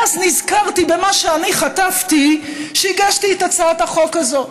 ואז נזכרתי במה שאני חטפתי כשהגשתי את הצעת החוק הזאת.